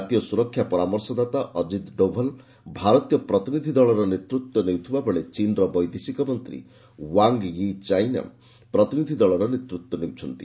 ଜାତୀୟ ସୁରକ୍ଷା ପରାମର୍ଶଦାତା ଅଜିତ ଡୋଭାଲ୍ ଭାରତୀୟ ପ୍ରତିନିଧି ଦଳର ନେତୃତ୍ୱ ନେଉଥିବା ବେଳେ ଚୀନ୍ର ବୈଦେଶିକ ମନ୍ତ୍ରୀ ୱାଙ୍ଗ୍ ୟି ଚାଇନା ପ୍ରତିନିଧି ଦଳର ନେତୃତ୍ୱ ନେଉଛନ୍ତି